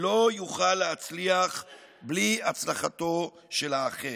לא יוכל להצליח בלי הצלחתו של האחר.